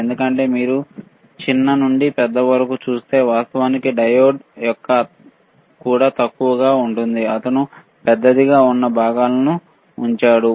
ఎందుకంటే మీరు చిన్న నుండి పెద్ద వరకు చూస్తే వాస్తవానికి డయోడ్ కూడా తక్కువగా ఉంటుంది అతను పెద్దదిగా ఉన్న భాగాలను ఉంచాడు